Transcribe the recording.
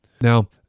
Now